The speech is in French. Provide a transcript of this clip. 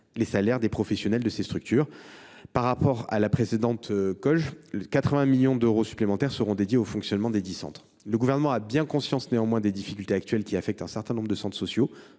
les salaires des professionnels de ces structures. Par rapport à la précédente COG, 80 millions d’euros supplémentaires seront dédiés au fonctionnement desdits centres. Le Gouvernement a néanmoins conscience des difficultés actuelles qui affectent un certain nombre de centres sociaux,